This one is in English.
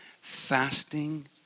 Fasting